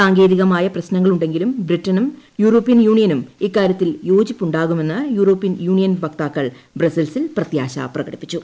സാങ്കേതികമായ പ്രശ്നങ്ങളുണ്ടെങ്കിലും ബ്രിട്ടനും യൂറോപ്യൻ യൂണിയനും ഇക്കാര്യത്തിൽ യോജിപ്പുണ്ടാകുമെന്ന് യൂറോപ്യൻ യൂണിയൻ വക്താക്കൾ ബ്രസൽസിൽ പ്രത്യാശ പ്രകടിപ്പിച്ചു